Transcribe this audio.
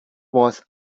was